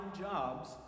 jobs